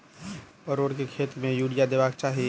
परोर केँ खेत मे यूरिया देबाक चही?